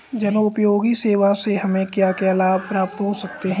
जनोपयोगी सेवा से हमें क्या क्या लाभ प्राप्त हो सकते हैं?